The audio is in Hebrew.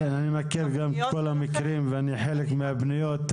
אני מכיר את המקרים ואני חלק מהפניות.